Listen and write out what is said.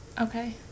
okay